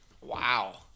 Wow